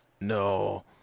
no